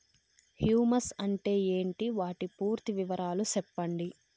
Humus అంటే ఏంటి? వాటి పూర్తి వివరాలు సెప్పండి?